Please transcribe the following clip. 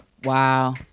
Wow